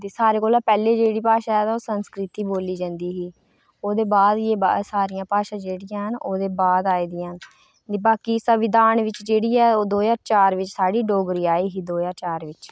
सारें कोला पैह्लें जेह्ड़ी भाशा ऐ ते ओह् संस्कृत बोल्ली जंदी ही ओह्दे बाद च सारियां भाशा जेह्ड़ियां ओह्दे बाद आई दियां न बाकी संविधान बिच जेह्ड़ी ऐ ओह् दो चार बिच साढ़ी डोगरी आई दो ज्हार चार बिच आई